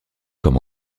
comme